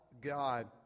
God